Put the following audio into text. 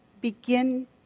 begin